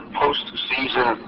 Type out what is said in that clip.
postseason